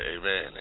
Amen